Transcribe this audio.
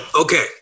Okay